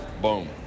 Boom